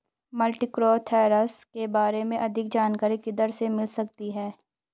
Multicrop thresher के बारे में अधिक जानकारी किधर से मिल सकती है?